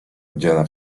odziana